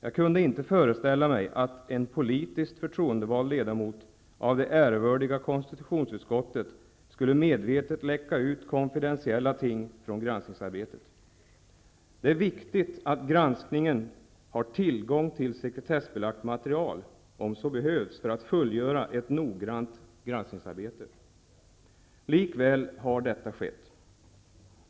Jag kunde inte föreställa mig att en politiskt förtroendevald ledamot av det ärevördiga konstitutionsutskottet medvetet skulle läcka ut högst konfidentiella ting från granskningsarbetet. Det är viktigt att man vid granskningen har tillgång till sekretessbelagt material, om så behövs för att man skall kunna fullgöra ett noggrant granskningsarbete. Likväl har en sådan läcka förekommit.